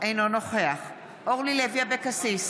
אינו נוכח אורלי לוי אבקסיס,